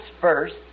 first